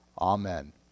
Amen